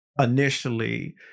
initially